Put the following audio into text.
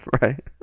Right